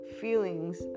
feelings